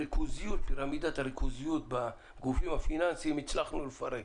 את מידת הריכוזיות בגופים הפיננסיים הצלחנו לפרק.